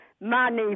money